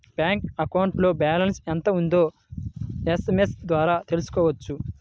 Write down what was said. bank అకౌంట్లో balance ఎంత ఉందో ఎస్ఎంఎస్ ద్వారా తెలుసుకోవచ్చు